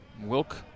Wilk